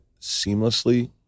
seamlessly